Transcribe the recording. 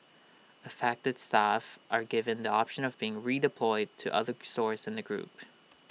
affected staff are given the option of being redeployed to other stores in the group